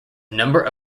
number